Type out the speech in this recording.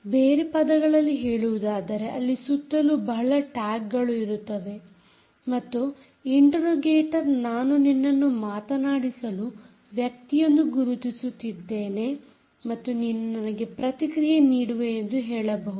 ಬೇರೆ ಪದಗಳಲ್ಲಿ ಹೇಳುವುದಾದರೆ ಅಲ್ಲಿ ಸುತ್ತಲೂ ಬಹಳ ಟ್ಯಾಗ್ಗಳು ಇರುತ್ತವೆ ಮತ್ತು ಇಂಟೆರೋಗೇಟರ್ ನಾನು ನಿನ್ನನ್ನು ಮಾತನಾಡಿಸಲು ವ್ಯಕ್ತಿಯೆಂದು ಗುರುತಿಸಿದ್ದೇನೆ ಮತ್ತು ನೀನು ನನಗೆ ಪ್ರತಿಕ್ರಿಯೆ ನೀಡುವೆ ಎಂದು ಹೇಳಬಹುದು